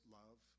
love